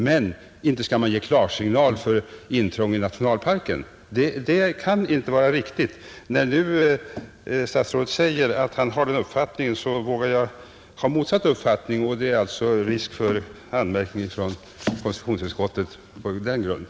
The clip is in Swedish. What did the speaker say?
Men inte skall jordbruksdepartementet ge klarsignal för intrång i nationalparken — det kan inte vara riktigt. — När nu statsrådet säger att han har denna uppfattning, så vågar jag ha motsatt uppfattning, och det är alltså risk för anmärkning från konstitutionsutskottet på den grunden.